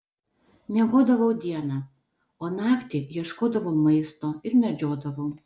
miegodavau dieną o naktį ieškodavau maisto ir medžiodavau